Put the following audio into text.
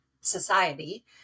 society